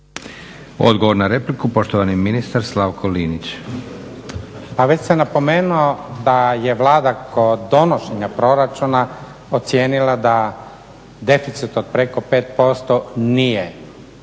Odgovor na repliku, poštovani ministar Slavko Linić. **Linić, Slavko (SDP)** Pa već sam napomenuo da je Vlada kod donošenja proračuna ocijenila da deficit od preko 5% nije